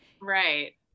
Right